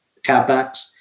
CapEx